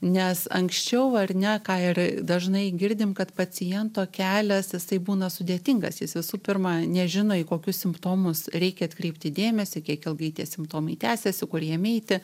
nes anksčiau ar ne ką ir dažnai girdim kad paciento kelias jisai būna sudėtingas jis visų pirma nežino į kokius simptomus reikia atkreipti dėmesį kiek ilgai tie simptomai tęsiasi kur jiem eiti